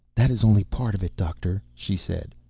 that is only part of it, doctor, she said.